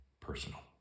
personal